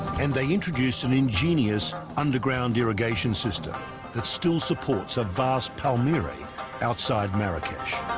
and they introduced an ingenious underground irrigation system that still supports a vast palmyra outside marrakesh.